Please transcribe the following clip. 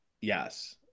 Yes